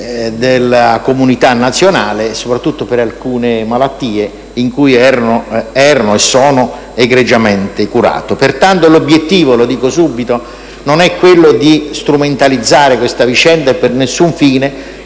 della comunità nazionale, soprattutto per alcune malattie, che qui erano e sono egregiamente curate. Pertanto, preciso subito che l'obiettivo non è quello di strumentalizzare questa vicenda per alcun fine,